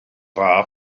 far